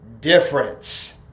difference